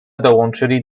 dołączyli